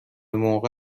موقع